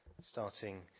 starting